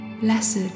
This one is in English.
blessed